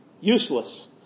Useless